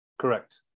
Correct